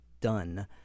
done